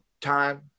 time